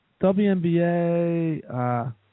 WNBA